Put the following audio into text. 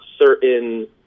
certain